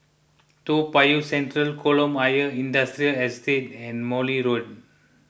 Toa Payoh Central Kolam Ayer Industrial Estate and Morley Road